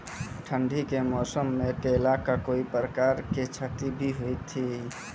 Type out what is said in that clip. ठंडी के मौसम मे केला का कोई प्रकार के क्षति भी हुई थी?